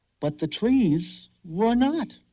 but the trees we're not.